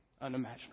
unimaginable